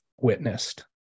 witnessed